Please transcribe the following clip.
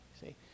see